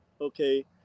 okay